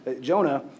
Jonah